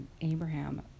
Abraham